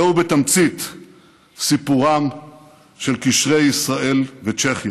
זהו בתמצית סיפורם של קשרי ישראל וצ'כיה: